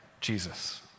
Jesus